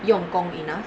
用工 enough